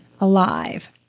alive